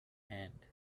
hand